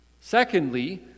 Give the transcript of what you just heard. Secondly